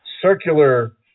circular